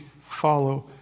follow